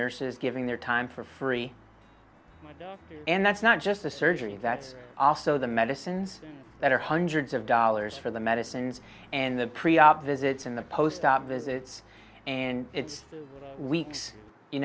nurses giving their time for free and that's not just the surgery that's also the medicines that are hundreds of dollars for the medicines and the pre op visits and the post op visits and it's weeks you